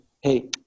hey